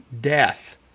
death